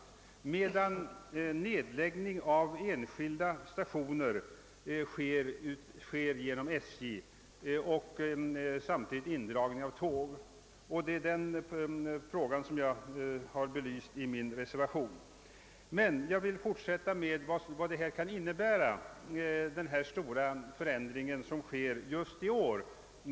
Beslut om nedläggning av enskilda stationer fattas däremot av SJ liksom även beslut om indragning av tåg, och det är detta avsnitt som belysts i min och herr Gustafssons reservation. Jag skall i fortsättningen ta upp vad årets stora förändring i tågföringen innebär.